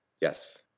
Yes